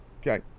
Okay